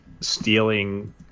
stealing